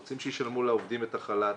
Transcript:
רוצים שישלמו לעובדים את החל"ת.